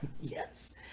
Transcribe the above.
Yes